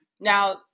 Now